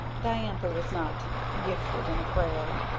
diantha was not gifted in prayer.